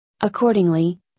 accordingly